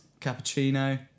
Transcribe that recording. Cappuccino